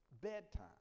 bedtime